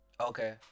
Okay